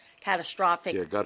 catastrophic